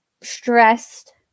stressed